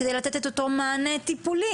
כדי לתת את אותו מענה טיפולי,